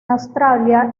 australia